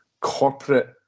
corporate